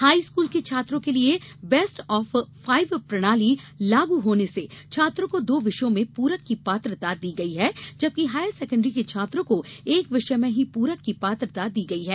high school के छात्रों के लिए बेस्ट ऑफ फाइव प्रणाली लागू होने से छात्रों को दो विषयों में पूरक की पात्रता दी गई है जबकि हायर सेकंडरी के छात्रों को एक विषय में ही पूरक की पात्रता दी गई है